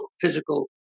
physical